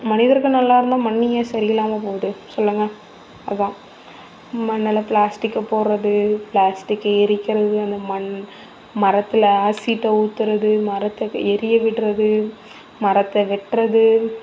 மனிதர்கள் நல்லா இருந்தால் மண் ஏன் சரி இல்லாமல் போகுது சொல்லுங்க அதுதான் மண்ணில் பிளாஸ்டிக்கை போடுறது பிளாஸ்டிக்கை எரிக்கிறது அந்த மண் மரத்தில் ஆசிட்டை ஊற்றுறது மரத்தை எரிய விடுறது மரத்தை வெட்டுறது